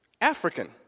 African